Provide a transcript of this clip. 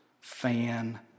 fan